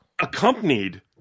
Accompanied